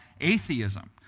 atheism